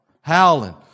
howling